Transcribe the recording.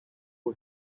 for